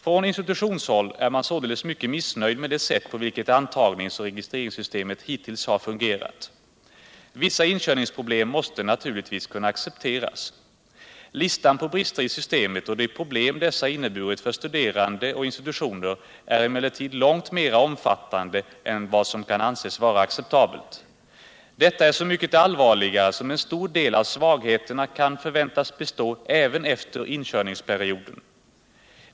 Från institutionshåll är man mycket missnöjd med det sätt på vilket antagnings och registreringssystemet hittills har fungerat. Vissa inkörningsproblem måste naturligtvis kunna accepteras. Listan på brister i systemet och de problem dessa inneburit för studerande och institutioner är emellertid långt mera omfattande än vad som kan anses vara acceptabelt. Detta är så mycket allvarligare som en stor del av svagheterna kan förväntas bestå även efter inkörningsperioden.